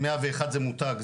101 זה מותג,